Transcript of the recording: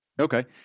Okay